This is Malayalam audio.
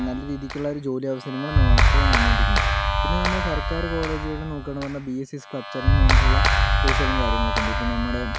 നല്ല രീതിക്കുള്ള ഒരു ജോലി അവസരങ്ങളും നമ്മള് ഇപ്പോൾ നടന്നു കൊണ്ടിരിക്കുന്നുണ്ട് പിന്നെ നമ്മളെ സർക്കാർ കോളേജുകളില് നോക്കുകയാണെന്ന് പറഞ്ഞാൽ ബി എസ് സി സ്ട്രക്ചറിംങ് പറഞ്ഞിട്ടുള്ള കോഴ്സുകളും കാര്യങ്ങളൊക്കെ ഉണ്ട് ഇപ്പോൾ നമ്മുടെ